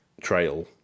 trail